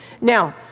Now